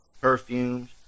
perfumes